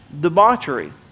debauchery